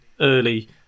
early